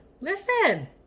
Listen